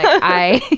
i